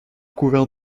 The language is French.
couverte